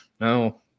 No